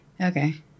okay